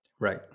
Right